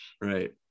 right